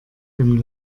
dem